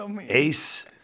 Ace